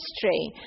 history